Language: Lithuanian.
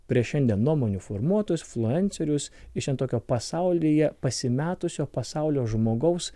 prieš šiandien nuomonių formuotojus influencerius iš šiandien tokio pasaulyje pasimetusio pasaulio žmogaus